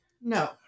No